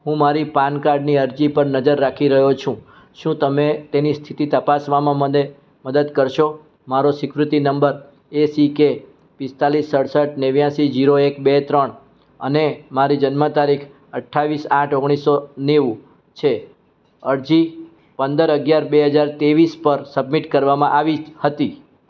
હું મારી પાનકાર્ડની અરજી પર નજર રાખી રહ્યો છું શું તમે તેની સ્થિતિ તપાસવામાં મને મદદ કરશો મારો સ્વીકૃતિ નંબર એસિકે પિસ્તાલિસ સડસઠ નેવ્યાસી જીરો એક બે ત્રણ અને મારી જન્મ તારીખ અઠ્યાવીસ આઠ ઓગણીસોનેવું છે અરજી પંદર અગિયાર બે હજાર ત્રેવીસ પર સબમિટ કરવામાં આવી હતી